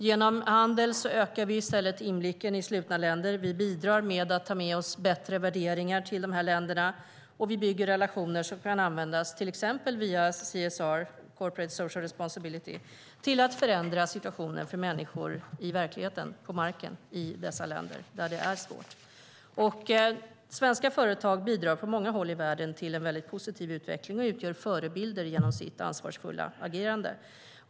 Genom handel ökar vi i stället inblicken i slutna länder. Vi bidrar genom att ta med oss bättre värderingar till de här länderna, och vi bygger relationer som kan användas, till exempel via CSR, corporate social responsibility, till att förändra situationen för människor i verkligheten, på marken, i dessa länder där det är svårt. Svenska företag bidrar till en mycket positiv utveckling på många håll i världen och utgör förebilder genom sitt ansvarsfulla agerande.